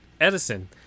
Edison